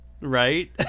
Right